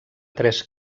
tres